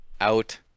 out